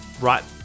right